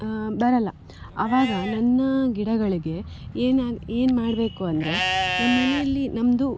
ಬರಲ್ಲ ಅವಾಗ ನನ್ನ ಗಿಡಗಳಿಗೆ ಏನಾಗ ಏನು ಮಾಡಬೇಕು ಅಂದರೆ ನಮ್ಮ ಮನೆಲ್ಲಿ ನಮ್ಮದು